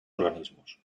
organismos